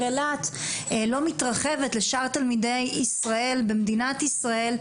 אילת לא מתרחבת לשאר תלמידי ישראל במדינת ישראל,